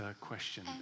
question